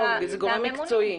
לא, זה גורם מקצועי.